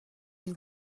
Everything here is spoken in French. une